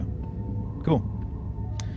Cool